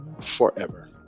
forever